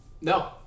No